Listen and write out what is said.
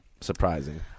surprising